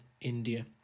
India